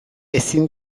ezin